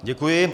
Děkuji.